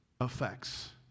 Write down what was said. effects